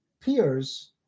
peers